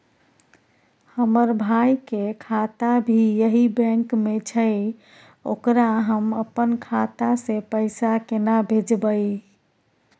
हमर भाई के खाता भी यही बैंक में छै ओकरा हम अपन खाता से पैसा केना भेजबै?